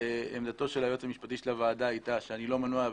עמדתו של היועץ המשפטי של הוועדה הייתה שאני לא מנוע,